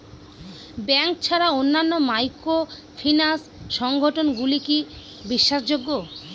Bank ছাড়া অন্যান্য microfinance সংগঠন গুলি কি বিশ্বাসযোগ্য?